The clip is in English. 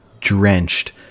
drenched